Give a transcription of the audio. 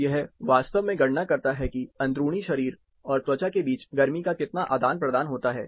तो यह वास्तव में गणना करता है कि अंदरूनी शरीर और त्वचा के बीच गर्मी का कितना आदान प्रदान होता है